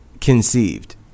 conceived